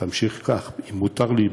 תמשיך כך, אם מותר לי.